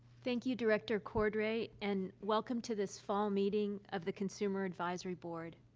thank you, director cordray, and welcome to this fall meeting of the consumer advisory board.